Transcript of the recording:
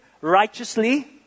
righteously